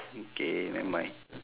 okay nevermind